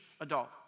adult